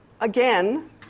again